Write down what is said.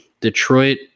Detroit